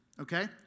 okay